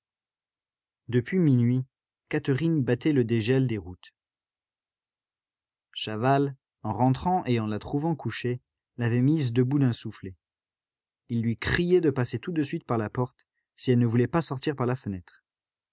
depuis minuit catherine battait le dégel des routes chaval en rentrant et en la trouvant couchée l'avait mise debout d'un soufflet il lui criait de passer tout de suite par la porte si elle ne voulait pas sortir par la fenêtre